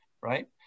right